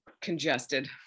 congested